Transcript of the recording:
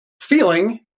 feeling